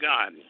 God